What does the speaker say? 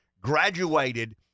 graduated